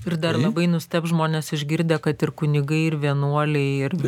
ir dar labai nustebs žmonės išgirdę kad ir kunigai ir vienuoliai ir